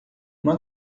uma